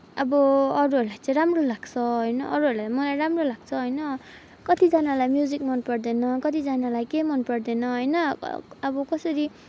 अब अरूहरूलाई चाहिँ राम्रो लाग्छ होइन अरूहरूलाई मलाई राम्रो लाग्छ होइन कतिजनालाई म्युजिक मनपर्दैन कतिजनालाई के मनपर्दैन होइन अब अब कसरी